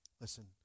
Listen